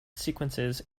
sequences